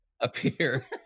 appear